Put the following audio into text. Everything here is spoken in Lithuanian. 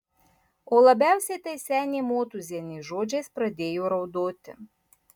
o labiausiai tai senė motūzienė žodžiais pradėjo raudoti